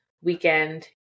weekend